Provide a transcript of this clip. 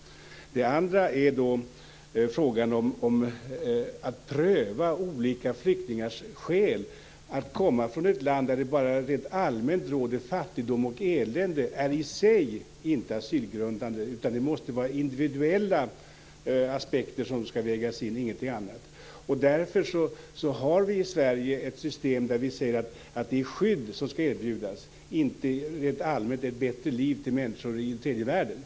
Det andra som jag vill ta upp gäller frågan att pröva olika flyktingars skäl. Att komma från ett land där det rent allmänt råder fattigdom och elände är i sig inte asylgrundande, utan det är individuella aspekter som skall vägas in och ingenting annat. Därför har vi i Sverige ett system där vi säger att det skydd som skall erbjudas inte rent allmänt är ett bättre liv för människor från tredje världen.